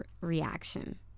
reaction